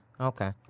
Okay